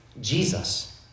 Jesus